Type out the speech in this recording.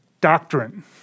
doctrine